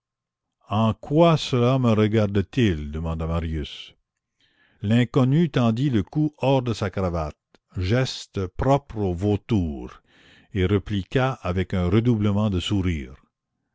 en quoi cela me regarde-t-il demanda marius l'inconnu tendit le cou hors de sa cravate geste propre au vautour et répliqua avec un redoublement de sourire